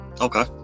okay